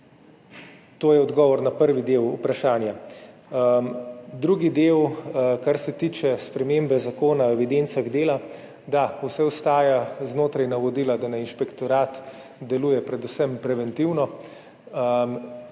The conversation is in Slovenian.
To je odgovor na prvi del vprašanja. Drugi del, kar se tiče spremembe Zakona o evidencah dela – da, vse ostaja znotraj navodila, da naj inšpektorat deluje predvsem preventivno.